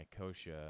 kosha